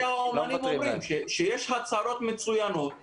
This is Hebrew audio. כפי שהאומנים אומרים, יש הצהרות מצוינות אבל